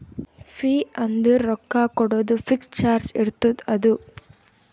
fee ಅಂದುರ್ ರೊಕ್ಕಾ ಕೊಡೋದು ಫಿಕ್ಸ್ ಚಾರ್ಜ್ ಇರ್ತುದ್ ಅದು